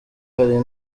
hari